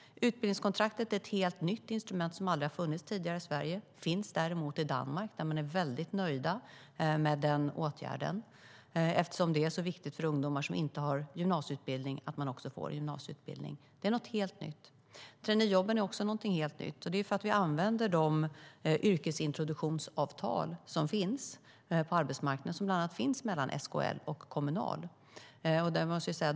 Utbildningskontraktet är ett helt nytt instrument som aldrig har funnits tidigare i Sverige. Det finns däremot i Danmark där man är väldigt nöjd med den åtgärden. Det är viktigt för de ungdomar som inte har gymnasieutbildning att de får gymnasieutbildning. Det är något helt nytt. Traineejobben är också någonting helt nytt. Vi använder de yrkesintroduktionsavtal som finns på arbetsmarknaden och som bland annat finns mellan SKL och Kommunal.